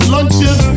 Lunches